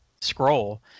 scroll